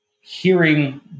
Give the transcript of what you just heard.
hearing